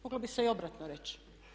Moglo bi se i obratno reći.